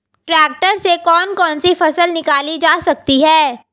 Tractor से कौन कौनसी फसल निकाली जा सकती हैं?